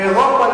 לאירופה,